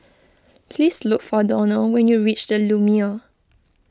please look for Donald when you reach the Lumiere